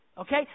okay